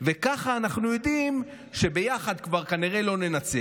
וכך אנחנו יודעים שביחד כבר כנראה לא ננצח,